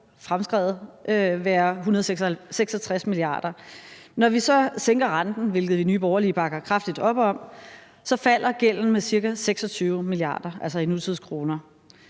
fremskrevet være 166 mia. kr. Når vi så sænker renten, hvilket vi i Nye Borgerlige bakker kraftigt op om, falder gælden med ca. 26 mia. kr., altså i nutidskroner.